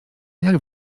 jak